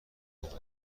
اومده